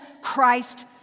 Christ